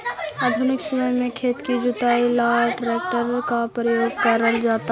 आधुनिक समय में खेत की जुताई ला ट्रैक्टर का प्रयोग करल जाता है